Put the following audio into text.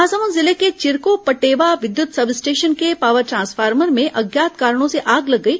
महासमुंद जिले के चिरको पटेवा विद्युत सब स्टेशन के पावर ट्रांसफार्मर में अज्ञात कारणों से आग लग गई